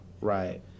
Right